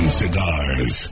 cigars